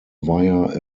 via